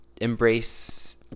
Embrace